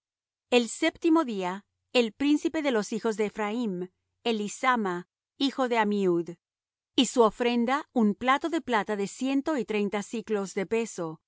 el séptimo día el príncipe de los hijos de ephraim elisama hijo de ammiud y su ofrenda un plato de plata de ciento y treinta siclos de peso